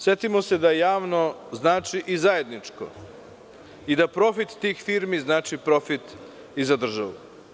Setimo se da javno znači i zajedničko i da profit tih firmi znači profit i za državu.